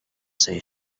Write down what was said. say